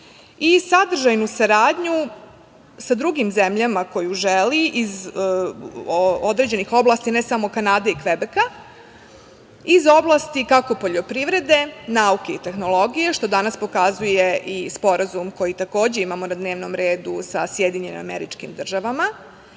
i sadržajnu saradnju sa drugim zemljama koju želi iz određenih oblasti, ne samo Kanade i Kvebeka, iz oblasti kako poljoprivrede, nauke i tehnologije, što danas pokazuje i sporazum koji takođe imamo na dnevnom redu sa SAD, iz oblasti